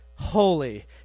holy